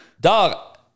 Dog